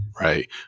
right